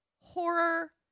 horror